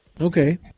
Okay